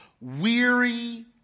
weary